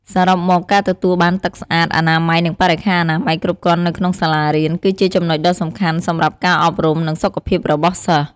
សរុបមក ការទទួលបានទឹកស្អាត អនាម័យ និងបរិក្ខារអនាម័យគ្រប់គ្រាន់នៅក្នុងសាលារៀន គឺជាចំណុចដ៏សំខាន់សម្រាប់ការអប់រំ និងសុខភាពរបស់សិស្ស។